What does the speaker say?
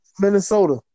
Minnesota